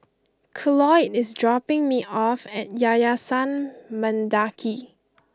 Cloyd is dropping me off at Yayasan Mendaki